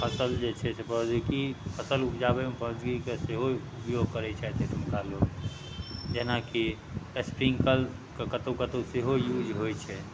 फसल जे छै से प्रौद्योगिकी फसल उपजाबैमे प्रौद्योगिकीके सेहो उपयोग करै छथि एहिठुनका लोक जेना कि स्प्रिंकलके कतहु कतहु सेहो यूज होइ छै